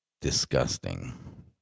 disgusting